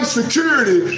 security